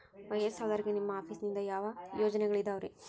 ವಯಸ್ಸಾದವರಿಗೆ ನಿಮ್ಮ ಆಫೇಸ್ ನಿಂದ ಯಾವ ಯೋಜನೆಗಳಿದಾವ್ರಿ?